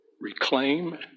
reclaim